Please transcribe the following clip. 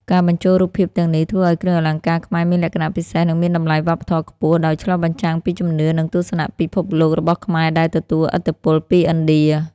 ការបញ្ចូលរូបភាពទាំងនេះ ធ្វើឱ្យគ្រឿងអលង្ការខ្មែរមានលក្ខណៈពិសេស និងមានតម្លៃវប្បធម៌ខ្ពស់ ដោយឆ្លុះបញ្ចាំងពីជំនឿ និងទស្សនៈពិភពលោករបស់ខ្មែរដែលទទួលឥទ្ធិពលពីឥណ្ឌា។